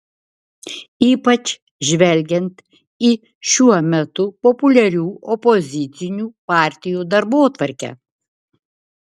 ypač žvelgiant į šiuo metu populiarių opozicinių partijų darbotvarkę